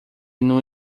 numa